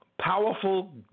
powerful